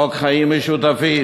חוק חיים משותפים,